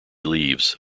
leaves